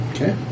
Okay